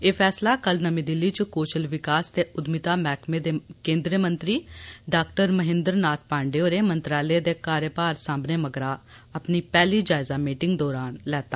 एह् फैसला कल नमीं दिल्ली च कौशल विकास ते उद्यमिता मैहकमे दे केंद्र मंत्री डॉ महेंद्र नाथ पांडे होरें मंत्रालय दे कार्यभार साम्भने मगरा अपनी पैहली जायजा मीटिंग दौरा लैता